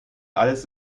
alles